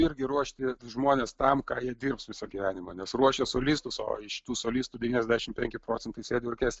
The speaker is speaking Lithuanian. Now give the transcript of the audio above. irgi ruošti žmones tam ką jie dirbs visą gyvenimą nes ruošia solistus o iš tų solistų devyniasdešimt penki procentai sėdi orkestre